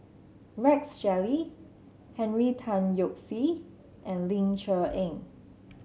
Rex Shelley Henry Tan Yoke See and Ling Cher Eng